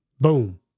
Boom